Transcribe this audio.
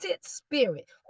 spirit